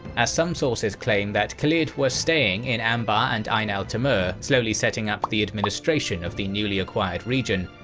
as some sources claim that khalid was staying in anbar and ain-al-tamur, slowly setting up the administration of the newly acquired region,